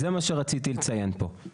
זה מה שרציתי לציין פה.